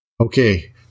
Okay